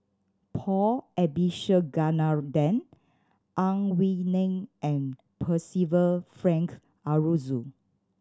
Paul Abisheganaden Ang Wei Neng and Percival Frank Aroozoo